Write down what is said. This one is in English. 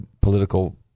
political